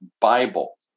bible